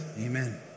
Amen